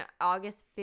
August